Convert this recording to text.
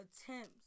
attempts